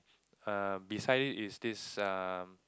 err beside is this um